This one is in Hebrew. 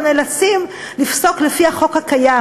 אנחנו נאלצים לפסוק לפי החוק הקיים,